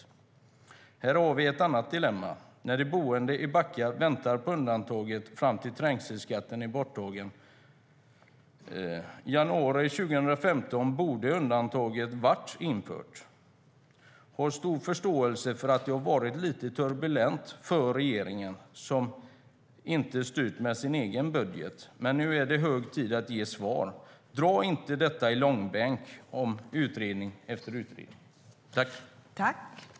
Här har vi ett annat dilemma. De boende i Backa väntar på undantaget fram till dess att trängselskatten är borttagen. I januari 2015 borde undantaget varit infört. Jag har stor förståelse för att det har varit lite turbulent för regeringen som inte styrt med sin egen budget. Men nu är det hög tid att ge svar. Dra inte detta i långbänk genom utredning efter utredning.